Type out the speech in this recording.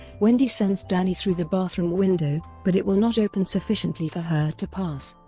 wendy sends danny through the bathroom window, but it will not open sufficiently for her to pass.